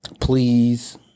please